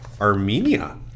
Armenia